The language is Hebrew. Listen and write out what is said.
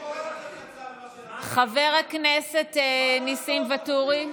חבר הכנסת ניסים ואטורי.